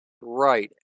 right